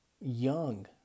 young